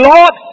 Lord